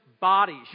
bodies